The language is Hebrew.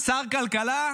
שר כלכלה,